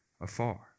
afar